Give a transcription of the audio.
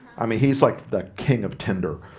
i mean, he's like the king of tinder